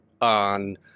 on